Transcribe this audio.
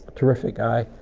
terrific guy,